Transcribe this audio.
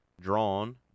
drawn